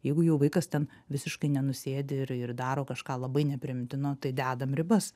jeigu jau vaikas ten visiškai nenusėdi ir ir daro kažką labai nepriimtino tai dedam ribas